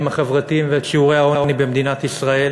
החברתיים ואת שיעורי העוני במדינת ישראל.